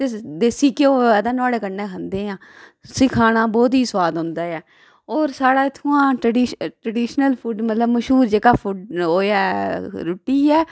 ते देसी घ्यो होवै ते नुआढ़े कन्नै खंदे आं उसी खाने दा बहुत ही सुआद औंदा ऐ और साढ़ा इत्थुआं दा ट्रडी ट्रडीशनल फूड मतलब मशहूर जेह्का ओह् ऐ रुट्टी ऐ